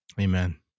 Amen